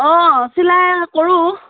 অ চিলাই কৰোঁ